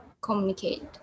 communicate